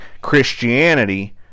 Christianity